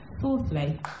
Fourthly